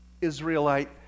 Israelite